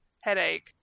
headache